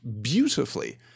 beautifully